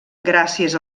gràcies